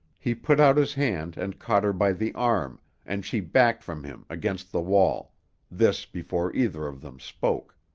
he put out his hand and caught her by the arm and she backed from him against the wall this before either of them spoke.